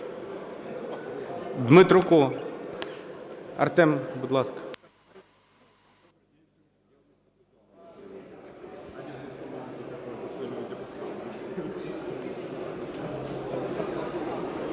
Дмитруку. Артем, будь ласка.